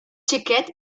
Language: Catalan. xiquets